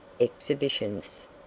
exhibitions